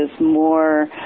more